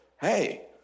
hey